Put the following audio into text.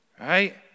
right